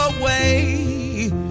away